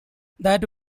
that